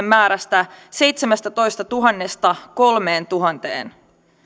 määrästä seitsemästätoistatuhannesta kolmeentuhanteen